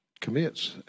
commits